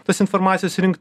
tos informacijos rinkt